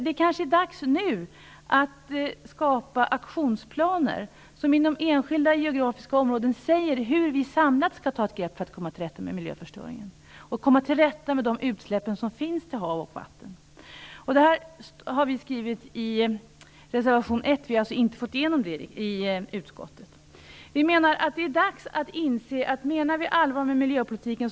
Det kanske är dags nu att skapa aktionsplaner som inom enskilda geografiska områden säger hur vi samlat skall ta ett grepp för att komma till rätta med miljöförstöringen och de utsläpp som finns till hav och vatten. Det här har vi skrivit om i reservation 1. Vi har alltså inte fått igenom våra synpunkter i utskottet. Det är dags att inse att vi måste ta helhetsgrepp om vi menar allvar med miljöpolitiken.